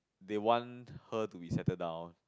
they want her to be settle down